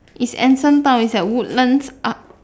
is anson Town is at woodlands up